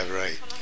right